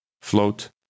Float